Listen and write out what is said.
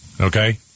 Okay